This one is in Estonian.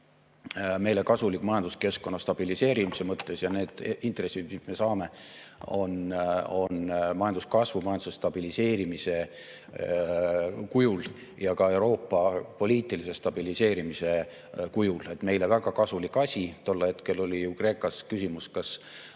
meile kasulik majanduskeskkonna stabiliseerimise mõttes ja need intressid, mis me saame, on majanduskasvu, majanduse stabiliseerimise kujul ja ka Euroopa poliitilise stabiliseerimise kujul, seega meile väga kasulik asi. Tol hetkel oli ju Kreekas küsimus, kas